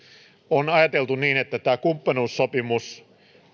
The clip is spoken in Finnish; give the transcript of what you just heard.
on ajateltu niin että tämä kumppanuussopimus